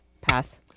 pass